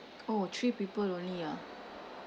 oh three people only ah